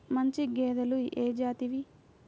మంచి గేదెలు ఏ జాతివి?